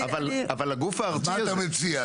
אבל הגוף הארצי הזה --- אז מה אתה מציע?